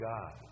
God